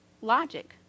logic